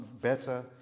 better